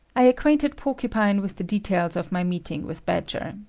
i acquainted porcupine with the details of my meeting with badger.